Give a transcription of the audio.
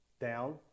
down